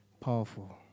Powerful